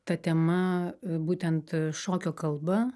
ta tema būtent šokio kalba